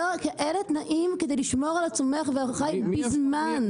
אלה תנאים כדי לשמור על הצומח והחי בזמן העבודה.